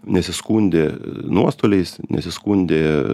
nesiskundė nuostoliais nesiskundė